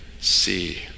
see